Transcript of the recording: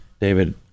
David